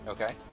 Okay